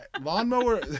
lawnmower